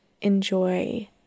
enjoy